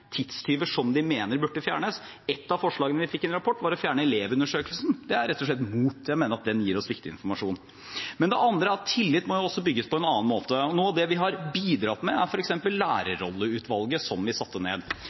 tidstyver som man mener bør fjernes. Et av forslagene vi fikk i en rapport, var å fjerne Elevundersøkelsen. Det er jeg rett og slett imot. Jeg mener at den gir oss viktig informasjon. Det andre er at tillit også må bygges på en annen måte. Vi har bidratt med f.eks. lærerrolleutvalget, som vi satte ned.